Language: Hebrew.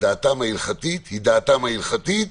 דעתם ההלכתית היא דעתם ההלכתית